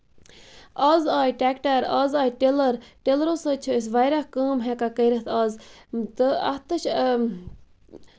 آز آیہِ ٹریٚکٹر آز آیہِ ٹِلَر ٹِلرَو سۭتۍ چھِ أسۍ واریاہ کٲم ہیٚکان کٔرِتھ آز تہٕ اَتھ تہِ چھِ